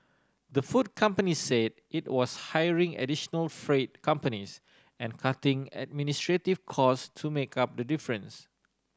the food company said it was hiring additional freight companies and cutting administrative cost to make up the difference